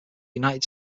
united